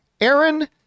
Aaron